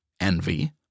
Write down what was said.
envy